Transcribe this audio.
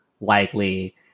likely